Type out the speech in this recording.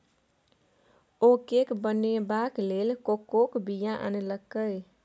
ओ cake बनेबाक लेल कोकोक बीया आनलकै